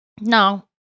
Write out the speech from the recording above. no